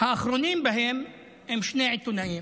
האחרונים שבהם הם שני עיתונאים,